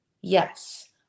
Yes